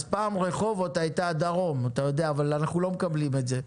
אז פעם רחובות היתה הדרום אבל אנחנו לא מקבלים את זה.